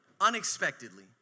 unexpectedly